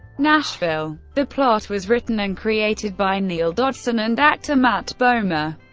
nashville. the plot was written and created by neal dodson and actor matt bomer.